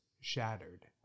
shattered